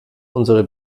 unsere